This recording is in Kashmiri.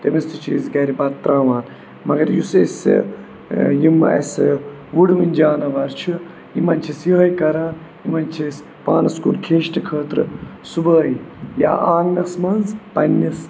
تٔمِس تہِ چھِ أسۍ گَرِ بتہٕ ترٛاوان مگر یُس أسۍ یِم اَسہِ وُڑوٕنۍ جاناوَر چھِ یِمَن چھِ أسۍ یِہوٚے کَران یِمَن چھِ أسۍ پانَس کُن کھیٖنٛچنہٕ خٲطرٕ صُبحٲے یا آنٛگنَس منٛز پنٛنِس